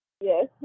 Yes